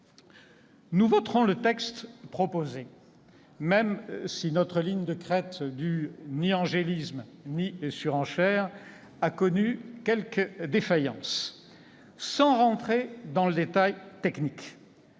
Nous voterons le texte proposé, même si notre ligne de crête « ni angélisme ni surenchère » a connu quelques défaillances. Sans entrer dans le détail technique,